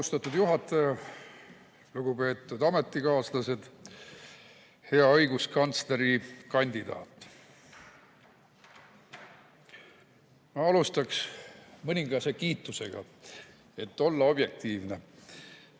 Austatud juhataja! Lugupeetud ametikaaslased! Hea õiguskantslerikandidaat! Ma alustan mõningase kiitusega, et olla objektiivne.